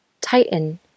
Tighten